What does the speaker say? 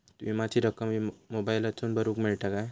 विमाची रक्कम मोबाईलातसून भरुक मेळता काय?